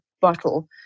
bottle